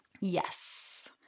Yes